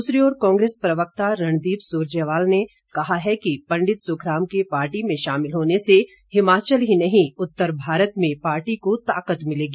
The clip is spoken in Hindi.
दूसरी ओर कांग्रेस प्रवक्ता रणदीप सुरजेवाला ने कहा है कि पंडित सुखराम के पार्टी में शामिल होने से हिमाचल ही नहीं उत्तर भारत में पार्टी को ताकत मिलेगी